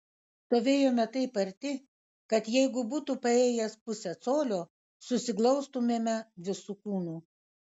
stovėjome taip arti kad jeigu būtų paėjęs pusę colio susiglaustumėme visu kūnu